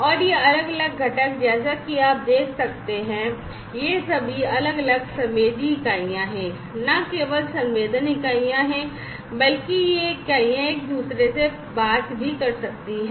और ये अलग अलग घटक जैसा कि आप देख सकते हैं ये सभी अलग अलग संवेदी इकाइयाँ हैं और न केवल संवेदन इकाइयाँ हैं बल्कि ये इकाइयाँ एक दूसरे से बात भी कर सकती हैं